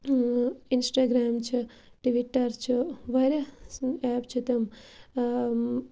Instagram چھِ Twitter چھُ واریاہ ایپ چھِ تِم